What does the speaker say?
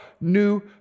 new